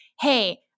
hey